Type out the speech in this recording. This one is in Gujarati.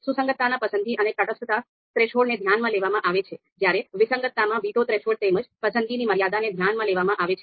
સુસંગતતામાં પસંદગી અને તટસ્થતા થ્રેશોલ્ડને ધ્યાનમાં લેવામાં આવે છે જ્યારે વિસંગતતામાં વીટો થ્રેશોલ્ડ તેમજ પસંદગીની મર્યાદાને ધ્યાનમાં લેવામાં આવે છે